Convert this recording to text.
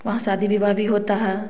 वहाँ शादी विवाह भी होता है